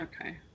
okay